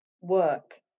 work